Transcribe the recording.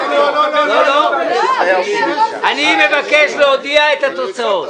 --- אני מבקש להודיע את התוצאות.